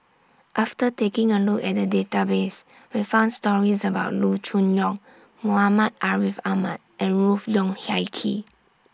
after taking A Look At The Database We found stories about Loo Choon Yong Muhammad Ariff Ahmad and Ruth Wong Hie King